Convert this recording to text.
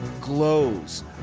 Glows